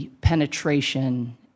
penetration